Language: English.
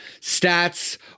stats